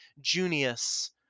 Junius